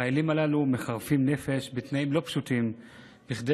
החיילים הללו מחרפים נפש בתנאים לא פשוטים כדי